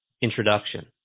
introduction